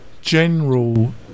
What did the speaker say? general